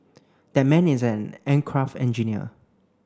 that man is an aircraft engineer